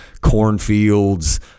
cornfields